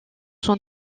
son